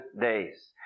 days